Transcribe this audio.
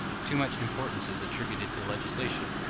too much importance is attributed to legislation,